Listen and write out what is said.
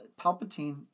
Palpatine